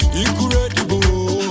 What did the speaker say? incredible